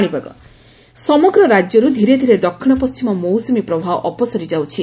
ପାଣିପାଗ ସମଗ୍ର ରାକ୍ୟରୁ ଧୀରେଧୀରେ ଦକ୍ଷିଣ ପଣ୍ଟିମ ମୌସ୍ବମୀ ପ୍ରବାହ ଅପସରି ଯାଉଛି